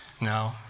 No